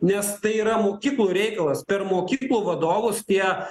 nes tai yra mokyklų reikalas per mokyklų vadovus tie